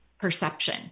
perception